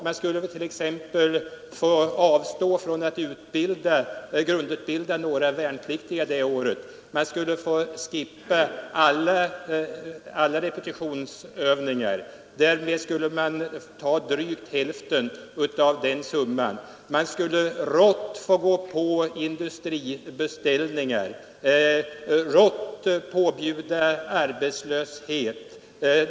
Man skulle t.ex. få avstå från att grundutbilda alla värnpliktiga det året. Man skulle få inställa alla repetitionsövningar. Därmed skulle man ha vunnit drygt hälften av summan. Man skulle rått för att uppnå resten få inskränka industribeställningarna och rått påbjuda arbetslöshet.